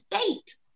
state